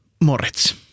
Moritz